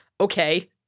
Okay